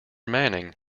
manning